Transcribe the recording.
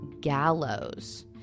gallows